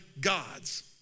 God's